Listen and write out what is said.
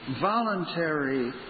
voluntary